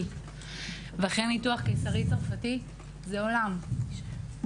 ואחרי ניתוח קיסרי צרפתי זה עולם שלם.